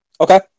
Okay